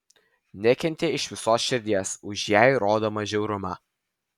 nekentė iš visos širdies už jai rodomą žiaurumą